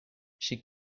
she